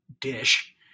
dish